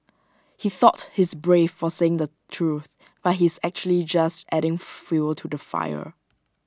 he thought he's brave for saying the truth but he's actually just adding fuel to the fire